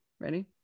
Ready